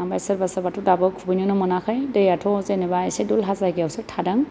ओमफ्राय सोरबा सोरबाथ' दाबो खुबैनोनो मोनाखै दैयाथ' जेनेबा एसे दलहा जायगायावसो थादों